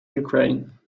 ukraine